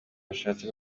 bashatse